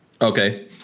Okay